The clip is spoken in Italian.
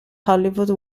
hollywood